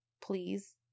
please